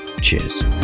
Cheers